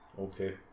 Okay